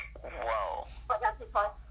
whoa